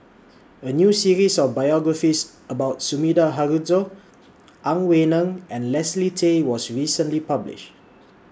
A New series of biographies about Sumida Haruzo Ang Wei Neng and Leslie Tay was recently published